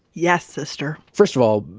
yes, sister first of all